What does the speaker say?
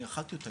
אני אכלתי אותה,